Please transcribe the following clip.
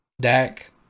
Dak